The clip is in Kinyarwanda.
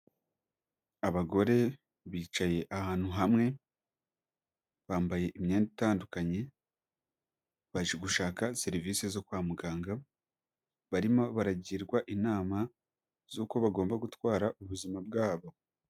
Abagore bicaye ahantu hamwe bambaye imyenda itandukanye baje gushaka serivisi zo kwa muganga barimo baragirwa inama z'uko bagomba gutwara ubuzima bwabo.